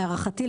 להערכתי,